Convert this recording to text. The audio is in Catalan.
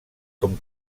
com